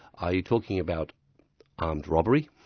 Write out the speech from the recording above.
are you talking about armed robbery,